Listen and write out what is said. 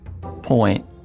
point